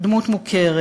דמות מוכרת,